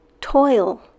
toil